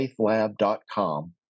faithlab.com